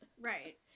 right